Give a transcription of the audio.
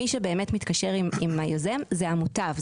מי שבאמת מתקשר עם היוזם זה המוטב,